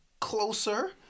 closer